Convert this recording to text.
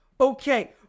okay